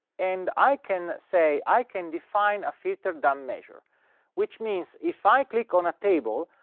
and i can say i can define a filter dump measure which means if i click on a table,